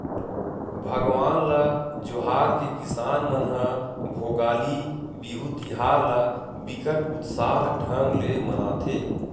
भगवान ल जोहार के किसान मन ह भोगाली बिहू तिहार ल बिकट उत्साह ढंग ले मनाथे